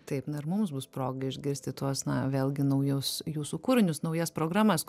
taip na ir mums bus proga išgirsti tuos na vėlgi naujus jūsų kūrinius naujas programas